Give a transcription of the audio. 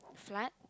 what